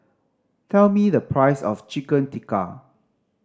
tell me the price of Chicken Tikka